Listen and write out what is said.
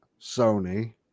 Sony